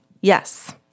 Yes